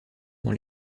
dans